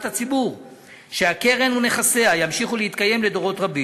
הציבור שהקרן ונכסיה ימשיכו להתקיים דורות רבים.